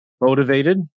motivated